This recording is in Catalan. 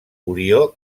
orió